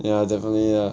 ya definitely lah